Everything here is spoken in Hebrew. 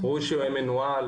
ראוי שהוא יהיה מנוהל,